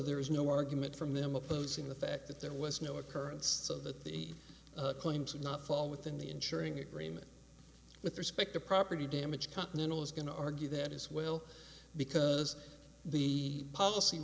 there is no argument from them opposing the fact that there was no occurrence so that the claims would not fall within the ensuring agreement with respect to property damage continental is going to argue that as well because the policy